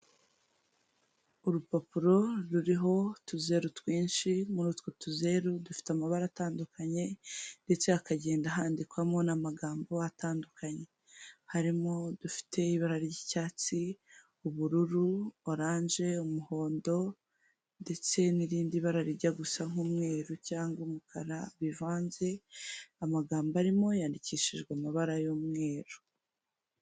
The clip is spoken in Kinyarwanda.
Urupapuro ruriho utuzeru twinshi, muri utwo tuzeru dufite amabara atandukanye ndetse hakagenda handikwamo n'amagambo atandukanye, harimo udufite ibara ry'icyatsi, ubururu, oranje, umuhondo, ndetse n'irindi bara rijya gusa nk'umweru cyangwa umukara bivanze, amagambo arimo yandikishijwe amabara y'umweru.